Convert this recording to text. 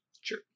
Sure